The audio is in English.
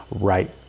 right